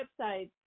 website